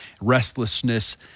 restlessness